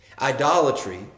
Idolatry